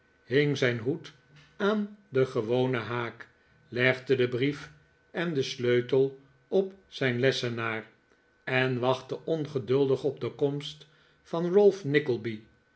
hing zijn hoed aan den gewonen haak legde den brief en den sleutel op zijn lessenaar en wachtte ongeduldig op de komst van